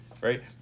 Right